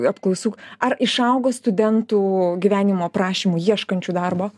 apklausų ar išaugo studentų gyvenimo aprašymų ieškančių darbo